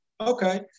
Okay